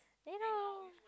you know